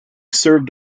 served